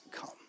come